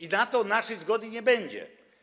I na to naszej zgody nie będzie.